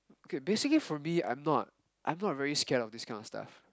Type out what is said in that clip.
K basically for me I'm not I'm not very scared of this kind of stuff